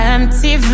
Empty